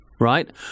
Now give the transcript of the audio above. right